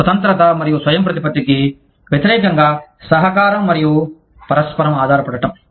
స్వతంత్రత మరియు స్వయంప్రతిపత్తికి వ్యతిరేకంగా సహకారం మరియు పరస్పర ఆధారపడటం